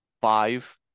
five